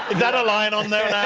that a line on there now?